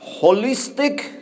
holistic